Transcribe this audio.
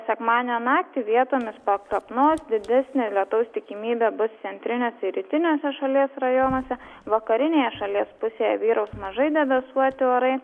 sekmadienio naktį vietomis pakrapnos didesnė lietaus tikimybė bus centriniuose ir rytiniuose šalies rajonuose vakarinėje šalies pusėje vyraus mažai debesuoti orai